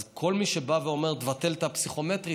אז כל מי שבא ואומר: תבטל את הפסיכומטרית,